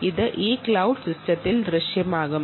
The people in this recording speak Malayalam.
ഇത് ഈ ക്ലൌഡ് സിസ്റ്റത്തിൽ ദൃശ്യമാകും